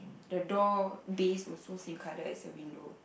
the door base also same colour as the window